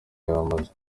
yamaze